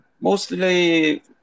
mostly